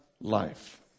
life